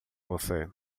você